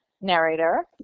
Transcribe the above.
narrator